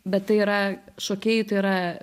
bet tai yra šokėjui tai yra